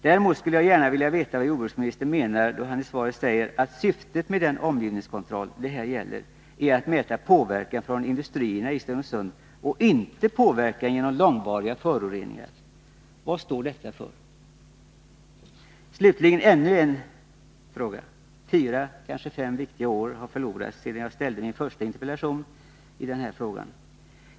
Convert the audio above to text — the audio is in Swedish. Däremot skulle jag gärna vilja veta vad jordbruksministern menar, då han i svaret säger ”att syftet med den omgivningskontroll det här gäller, är att mäta påverkan från industrierna i Stenungsund och inte påverkan genom långvariga föroreningar”. Vad står detta för? Slutligen ännu en fråga. Fyra, kanske fem viktiga år har förlorats sedan jag framställde min första interpellation i den här frågan.